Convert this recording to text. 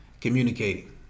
communicating